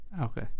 Okay